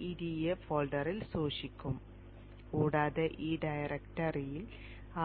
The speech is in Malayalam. gEDA ഫോൾഡർ സൃഷ്ടിക്കും കൂടാതെ ആ ഡയറക്ടറിയിൽ